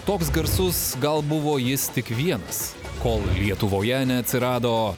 toks garsus gal buvo jis tik vienas kol lietuvoje neatsirado